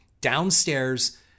downstairs